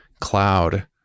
cloud